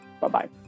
Bye-bye